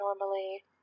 normally –